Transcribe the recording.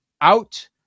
out